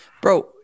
bro